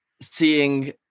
seeing